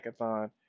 hackathon